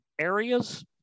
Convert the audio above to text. areas